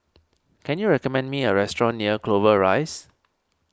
can you recommend me a restaurant near Clover Rise